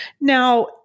Now